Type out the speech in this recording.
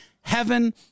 heaven